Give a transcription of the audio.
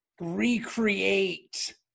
recreate